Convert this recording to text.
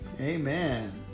Amen